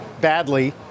badly